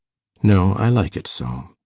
no, i like it so.